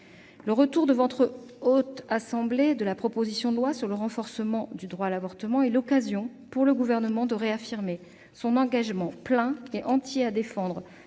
Le retour devant votre Haute Assemblée de la proposition de loi visant à renforcer le droit à l'avortement est l'occasion pour le Gouvernement de réaffirmer son engagement plein et entier à défendre